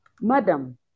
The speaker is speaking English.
Madam